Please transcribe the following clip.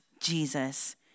Jesus